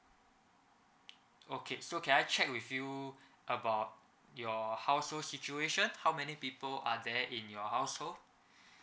okay so can I check with you about your household situation how many people are there in your household